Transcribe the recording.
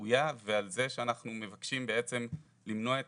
ראויה ועל זה שאנחנו מבקשים בעצם למנוע את